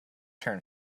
turn